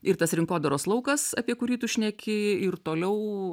ir tas rinkodaros laukas apie kurį tu šneki ir toliau